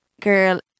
girl